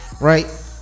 right